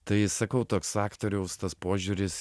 tai sakau toks aktoriaus tas požiūris